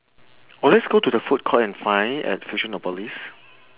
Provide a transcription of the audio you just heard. oh let's go to the foodcourt and find at fusionopolis